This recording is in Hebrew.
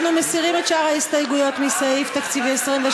אנחנו מסירים את שאר ההסתייגויות לסעיף תקציבי 23,